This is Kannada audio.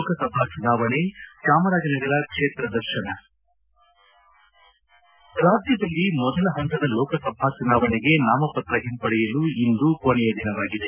ಲೋಕಸಭಾ ಚುನಾವಣೆ ಚಾಮರಾಜನಗರ ಕ್ಷೇತ್ರ ದರ್ಶನ ರಾಜ್ಯದಲ್ಲಿ ಮೊದಲ ಹಂತದ ಲೋಕಸಭಾ ಚುನಾವಣೆಗೆ ನಾಮಪತ್ರ ಹಿಂಪಡೆಯಲು ಇಂದು ಕೊನೆಯ ದಿನವಾಗಿದೆ